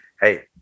hey